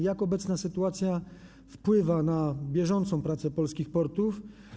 Jak obecna sytuacja wpływa na bieżącą pracę polskich portów?